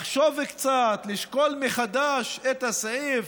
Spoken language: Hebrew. לחשוב קצת, לשקול מחדש את הסעיף.